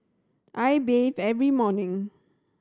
I bathe every morning